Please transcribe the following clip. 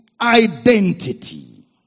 identity